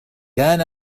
كان